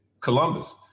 Columbus